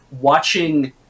watching